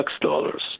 dollars